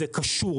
זה קשור,